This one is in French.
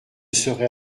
serait